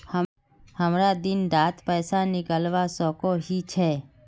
हमरा दिन डात पैसा निकलवा सकोही छै?